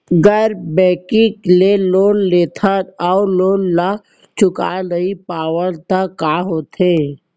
गैर बैंकिंग ले लोन लेथन अऊ लोन ल चुका नहीं पावन त का होथे?